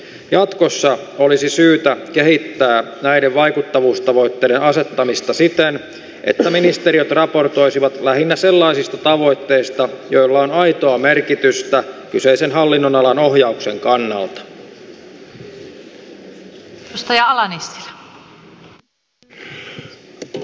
jatkossa olisi syytä kehittää näiden vaikuttavuustavoitteiden asettamista siten että ministeriöt raportoisivat lähinnä sellaisista tavoitteista joilla on aitoa merkitystä kyseisen hallinnonalan ohjauksen kannalta